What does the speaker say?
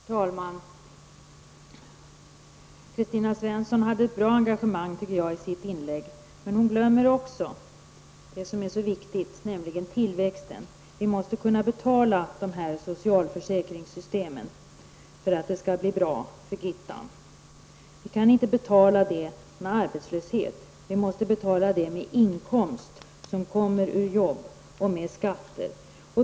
Herr talman! Jag tycker att Kristina Svensson hade ett bra engagemang, men hon glömmer det som är så viktigt nämligen tillväxten. Vi måste kunna betala dessa socialförsäkringssystem för att de skall bli bra för Gittan. Vi kan inte betala det med arbetslöshet. Vi måste betala det med inkomster som kommer ur arbete och med skatter.